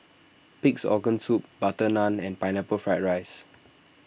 Pig's Organ Soup Butter Naan and Pineapple Fried Rice